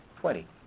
Twenty